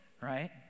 right